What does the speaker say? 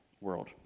world